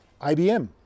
IBM